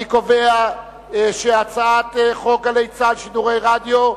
אני קובע שהצעת חוק גלי צה"ל, שידורי רדיו,